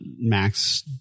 max